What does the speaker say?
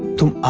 to